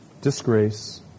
disgrace